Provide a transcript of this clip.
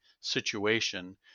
situation